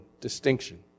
distinction